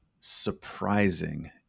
surprising